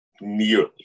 nearly